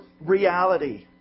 reality